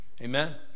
Amen